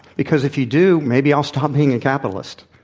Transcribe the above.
because if you do, maybe i'll stop being a capitalist.